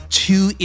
two